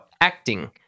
acting